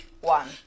one